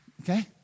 Okay